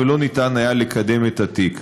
ולא היה אפשר לקדם את התיק.